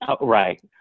right